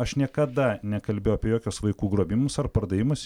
aš niekada nekalbėjau apie jokius vaikų grobimus ar pardavimus